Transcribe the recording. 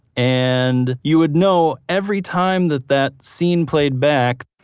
and you would know every time that that scene played back